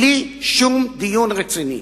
בלי שום דיון רציני.